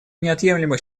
неотъемлемых